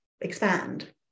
expand